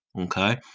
okay